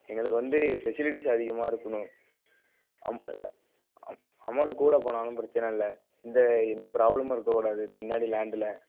எங்களுக்கு வந்து ஃபெசிலிட்டிஸ் அதிகமாக இருக்கணும் அமௌண்ட் கூட போனாலும் பிரச்சனை இல்லை எந்த எந்த ப்ராப்ளமும் இருக்கக்கூடாது பின்னாடி லேண்டில்